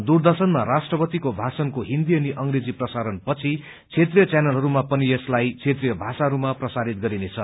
दूरदर्शनमा राष्ट्रपतिको भाषणको हिन्दी अनि अंग्रेजी प्रसारण पछि क्षेत्रीय च्यानलहरूमा पनि यसलाई क्षेत्रीय भाषाहरूमा प्रसारित गरिनेछ